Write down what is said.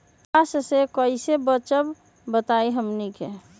कपस से कईसे बचब बताई हमनी के?